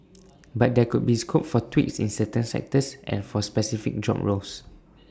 but there could be scope for tweaks in certain sectors and for specific job roles